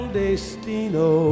destino